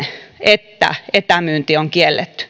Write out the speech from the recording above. että etämyynti on kielletty